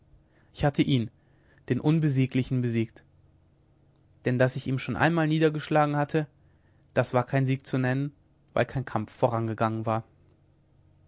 ich hatte ihn den unbesieglichen besiegt denn daß ich ihn schon einmal niedergeschlagen hatte das war kein sieg zu nennen weil kein kampf vorangegangen war